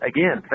Again